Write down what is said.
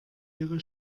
ihre